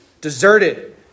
Deserted